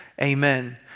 amen